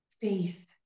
faith